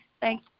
Thank